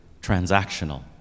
transactional